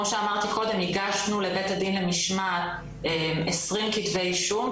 שאמרתי קודם הגשנו לבית הדין למשמעת 20 כתבי אישום,